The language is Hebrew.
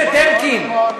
חבר הכנסת אלקין, לא נכון.